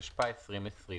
התשפ"א-2020.